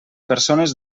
persones